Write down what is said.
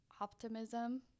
optimism